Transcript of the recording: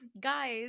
guys